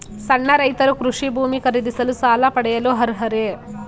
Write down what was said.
ಸಣ್ಣ ರೈತರು ಕೃಷಿ ಭೂಮಿ ಖರೀದಿಸಲು ಸಾಲ ಪಡೆಯಲು ಅರ್ಹರೇ?